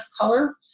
color